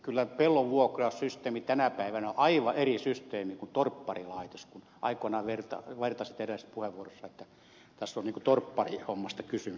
kyllä pellonvuokraussysteemi tänä päivänä on aivan eri systeemi kuin torpparilaitos aikoinaan kun vertasitte edellisessä puheenvuorossanne että tässä on niin kuin torpparihommasta kysymys